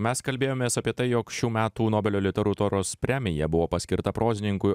mes kalbėjomės apie tai jog šių metų nobelio literatūros premija buvo paskirta prozininkui